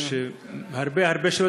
יש הרבה הרבה שאלות,